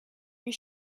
your